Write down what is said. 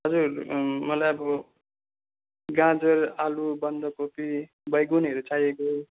हजुर मलाई अब गाजर आलु बन्दाकोपी बैगुनहरू चाहिएको